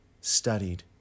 studied